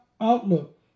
outlook